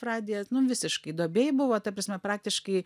radija nu visiškai duobėj buvo ta prasme praktiškai